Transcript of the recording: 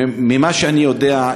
ממה שאני יודע,